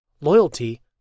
Loyalty